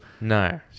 No